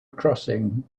crossing